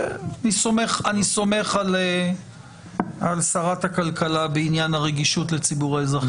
ואני סומך על שרת הכלכלה בעניין הרגישות לציבור האזרחים הוותיקים.